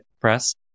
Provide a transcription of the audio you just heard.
press